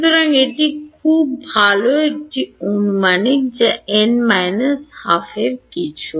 সুতরাং এটি খুব ভাল একটি আনুমানিক বা n 1 2 এ কিছু